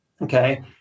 okay